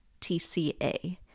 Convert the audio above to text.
TCA